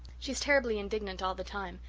she is terribly indignant all the time,